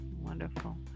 Wonderful